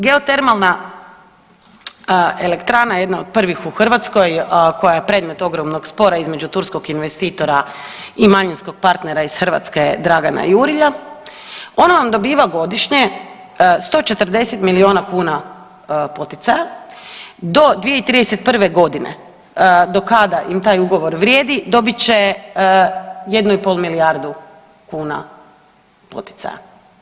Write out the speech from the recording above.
Geotermalna elektrana jedna od prvih u Hrvatskoj koja je predmet ogromnog spora između turskog investitora i manjinskog partnera iz Hrvatske Dragana Jurilja ona vam dobiva godišnje 140 milijuna kuna poticaja do 2021. godine do kada im taj ugovor vrijedi dobit će jednu i pol milijardu kuna poticaja.